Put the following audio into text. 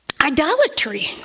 idolatry